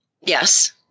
Yes